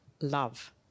Love